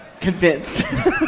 convinced